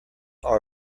are